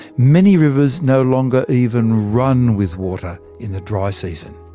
many rivers no longer even run with water in the dry season.